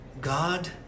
God